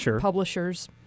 publishers